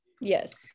Yes